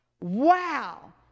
Wow